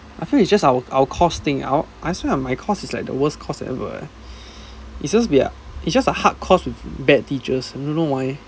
I feel it's just our our course thing out I swear ah my course it's like the worst course ever leh it's just be like it's just a hard course with bad teachers I don't know why